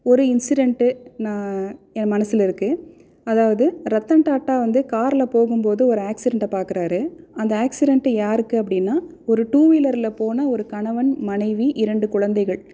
ஒரு இன்சிடென்ட்டு நான் என் மனதில் இருக்குது அதாவது ரத்தன் டாட்டா வந்து காரில் போகும்போது ஒரு ஆக்சிரென்ட்டை பார்க்கறாரு அந்த ஆக்சிரென்ட்டு யாருக்கு அப்படின்னா ஒரு டூ வீலரில் போன ஒரு கணவன் மனைவி இரண்டு குழந்தைகள்